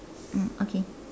mm okay